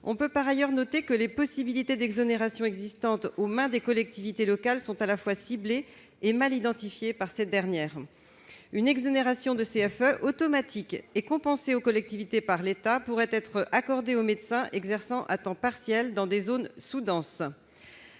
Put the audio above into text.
On peut par ailleurs noter que les possibilités d'exonération existantes, aux mains des collectivités locales, sont à la fois mal ciblées et mal identifiées par ces dernières. Une exonération de CFE, automatique et compensée aux collectivités par l'État, pourrait être accordée aux médecins exerçant à temps partiel dans une zone sous-dense.